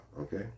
okay